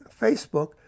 Facebook